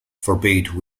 forbade